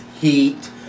heat